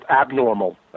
abnormal